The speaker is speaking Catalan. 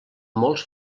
molts